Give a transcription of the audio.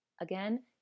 Again